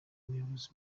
umuyobozi